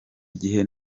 igihe